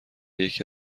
یکی